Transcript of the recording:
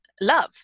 love